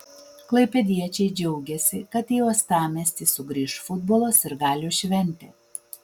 klaipėdiečiai džiaugėsi kad į uostamiestį sugrįš futbolo sirgalių šventė